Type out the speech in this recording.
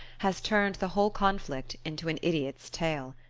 has turned the whole conflict into an idiot's tale.